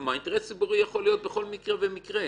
כלומר, אינטרס ציבורי יכול להיות בכל מקרה ומקרה.